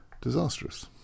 disastrous